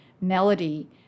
melody